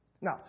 Now